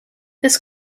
this